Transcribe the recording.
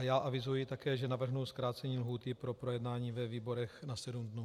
Já avizuji, že navrhnu zkrácení lhůty pro projednání ve výborech na sedm dní.